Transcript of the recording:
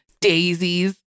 daisies